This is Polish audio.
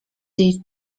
jej